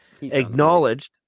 acknowledged